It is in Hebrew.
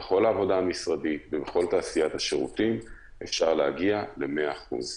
בכל עבודה משרדית ובכל תעשיית השירותים אפשר להגיע ל-100%.